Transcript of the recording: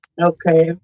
okay